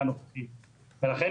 ולכן